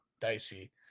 dicey